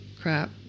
Crap